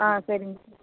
ஆ சரிங்க